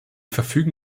verfügen